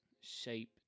shape